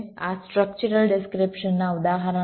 આ સ્ટ્રક્ચરલ ડિસ્ક્રીપ્શનના ઉદાહરણો છે